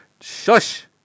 Shush